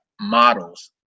models